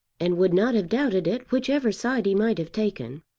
and would not have doubted it whichever side he might have taken.